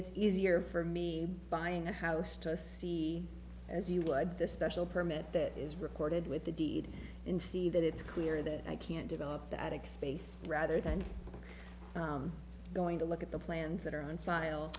it's easier for me buying a house to see as you would this special permit that is recorded with the deed and see that it's clear that i can develop the attic space rather than going to look at the plans that are on file